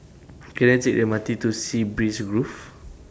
Can I Take The M R T to Sea Breeze Grove